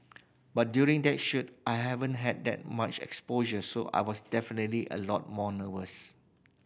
but during that shoot I haven't had that much exposure so I was definitely a lot more nervous